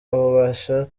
ububasha